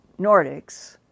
Nordics